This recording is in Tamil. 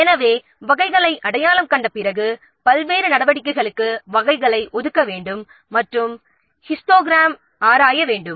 எனவே பல்வேறு வகையான 's' களை அடையாளம் கண்ட பிறகு பல்வேறு நடவடிக்கைகளுக்கு வகைகளை ஒதுக்க வேண்டும் மற்றும் அவற்றின் ஹிஸ்டோகிராமை ஆராய வேண்டும்